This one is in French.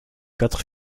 quatre